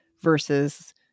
versus